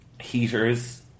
heaters